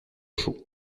chaud